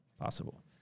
Possible